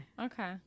Okay